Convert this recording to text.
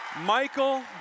Michael